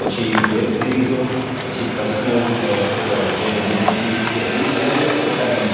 પછી વેબ સિરિઝો પછી પર્સનલ જે નેટફ્લિક્સ કે એવી અલગ અલગ પ્રકારની